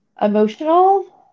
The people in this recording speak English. emotional